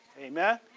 Amen